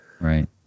Right